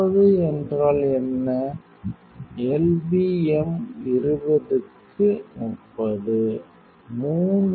30 என்றால் என்ன 2519 LBM 20க்கு 30 2521